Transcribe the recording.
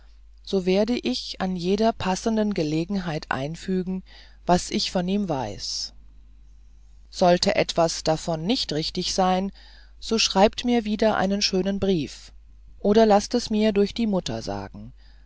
so werde ich an jeder passenden gelegenheit einfügen was ich von ihm weiß sollte etwas davon nicht richtig sein so schreibt mir wieder einen schönen brief oder laßt es mir durch die mutter sagen